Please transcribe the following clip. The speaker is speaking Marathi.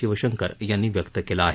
शिवशंकर यांनी व्यक्त केला आहे